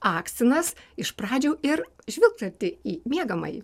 akstinas iš pradžių ir žvilgtelti į miegamąjį